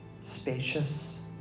Spacious